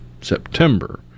September